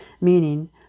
meaning